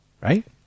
Right